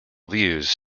views